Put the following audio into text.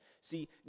See